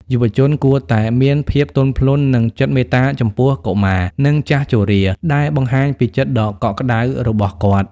យុវជនគួរតែ "មានភាពទន់ភ្លន់ និងចិត្តមេត្តាចំពោះកុមារ និងចាស់ជរា" ដែលបង្ហាញពីចិត្តដ៏កក់ក្ដៅរបស់គាត់។